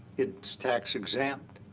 it's tax exempt.